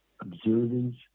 observance